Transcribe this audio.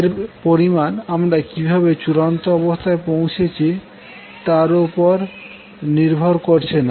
এর পরিমাণ আমরা কিভাবে চূড়ান্ত অবস্থায় পৌঁছেছি তার ওপর নির্ভর করছে না